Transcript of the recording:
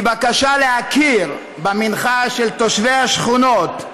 בקשה להכיר במנחה של תושבי השכונות,